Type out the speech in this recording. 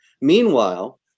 Meanwhile